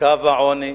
קו העוני,